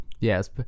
Yes